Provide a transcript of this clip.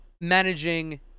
managing